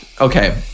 okay